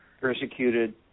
persecuted